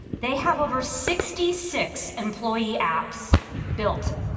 they have over sixty six employee apps built,